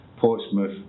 Portsmouth